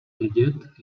vědět